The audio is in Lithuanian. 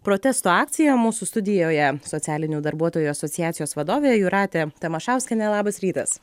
protesto akciją mūsų studijoje socialinių darbuotojų asociacijos vadovė jūratė tamašauskienė labas rytas